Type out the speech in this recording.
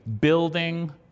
building